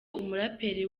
umuraperi